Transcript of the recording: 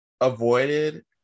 avoided